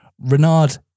Renard